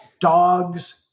dogs